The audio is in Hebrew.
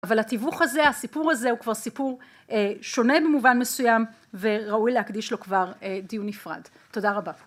אבל התיווך הזה הסיפור הזה הוא כבר סיפור שונה במובן מסוים, וראוי להקדיש לו כבר דיון נפרד. תודה רבה.